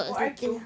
for I_Q